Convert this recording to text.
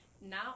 now